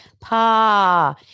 pa